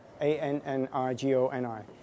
A-N-N-I-G-O-N-I